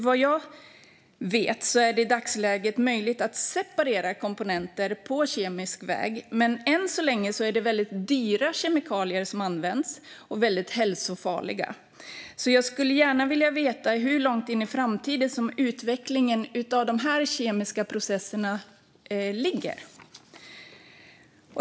Vad jag vet är det i dagsläget möjligt att separera komponenter på kemisk väg, men än så länge är det väldigt dyra och väldigt hälsofarliga kemikalier som används. Jag skulle gärna vilja veta hur långt in i framtiden som utvecklingen av de här kemiska processerna ligger.